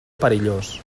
perillós